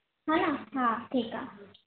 हा न हा ठीकु आहे